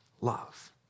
love